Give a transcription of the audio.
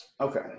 Okay